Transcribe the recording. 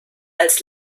als